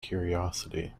curiosity